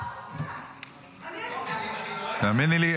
--- תאמיני לי,